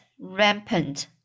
rampant